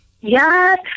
Yes